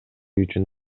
үчүн